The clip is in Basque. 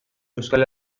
euskal